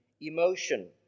emotion